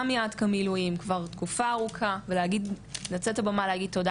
גם מידק"א מילואים כבר תקופה ארוכה ולנצל את הבמה ולהגיד תודה